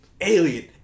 Alien